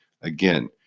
Again